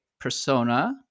Persona